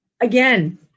Again